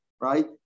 Right